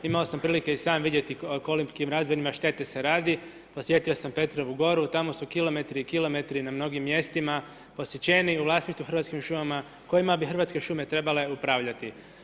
Imao sam prilike i sam vidjeti o kolikim razmjerima štete se radi, osjetio sam Petrovu Goru, tamo su kilometri i kilometri na mnogim mjestima posjećeni u vlasništvu u Hrvatskim šumama kojima bi Hrvatske šume trebale upravljati.